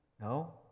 No